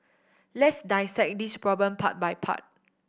let's dissect this problem part by part